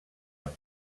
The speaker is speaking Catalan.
amb